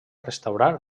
restaurar